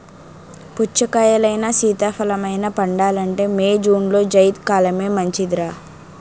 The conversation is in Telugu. పుచ్చకాయలైనా, సీతాఫలమైనా పండాలంటే మే, జూన్లో జైద్ కాలమే మంచిదర్రా